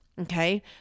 Okay